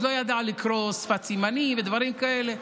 עוד לא ידע לקרוא שפת סימנים ודברים כאלה.